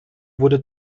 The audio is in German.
wurde